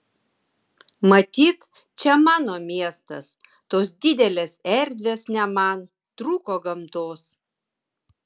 matyt čia mano miestas tos didelės erdvės ne man trūko gamtos